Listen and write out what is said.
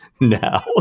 now